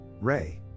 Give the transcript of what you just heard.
Ray